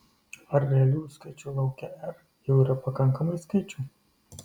ar realiųjų skaičių lauke r jau yra pakankamai skaičių